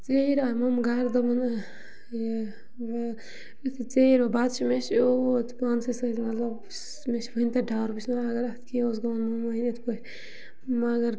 ژیٖرۍ آے مُمہٕ گَرٕ دوٚپُن یُتھے ژیٖرۍ وۄنۍ بَتہٕ چھِ مےٚ مےٚ چھِ یوٗت پانسٕے سۭتۍ مطلب بہٕ چھَس مےٚ چھِ وٕنہِ تہِ ڈَر بہٕ چھَس وَنان اگر اَتھ کیٚنٛہہ اوس گوٚمُت مُمہٕ وَنہِ یِتھ پٲٹھۍ مَگر